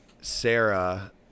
Sarah